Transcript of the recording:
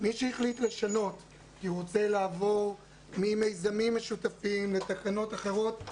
מי שהחליט לשנות כי הוא רוצה לעבור ממיזמים משותפים לתקנות אחרות,